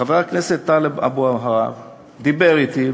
חבר הכנסת טלב אבו עראר דיבר אתי,